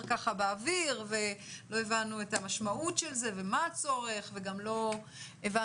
באוויר ולא הבנו את המשמעות של זה ומה הצורך וגם לא הבנו